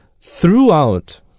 throughout